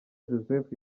joseph